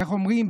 איך אומרים,